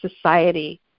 Society